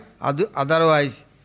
Otherwise